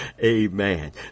Amen